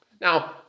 Now